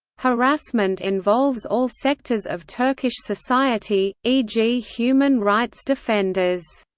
harassment involves all sectors of turkish society, e g. human rights defenders.